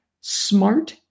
Smart